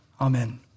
Amen